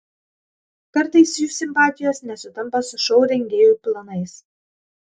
kartais jų simpatijos nesutampa su šou rengėjų planais